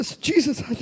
Jesus